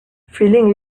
feeling